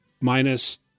Minus